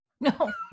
no